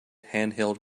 handheld